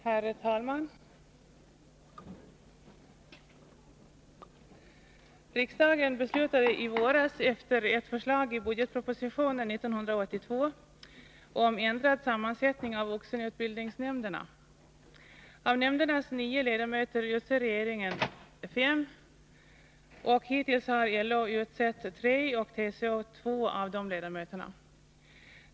Herr talman! Riksdagen beslutade i våras, efter ett förslag i budgetpropositionen 1981/82:100, om ändrad sammansättning av vuxenutbildningsnämnderna. Av nämndernas nio ledamöter utser regeringen fem, och hittills har LO föreslagit tre och TCO två av de ledamöterna.